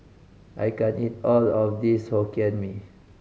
I can't eat all of this Hokkien Mee